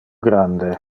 grande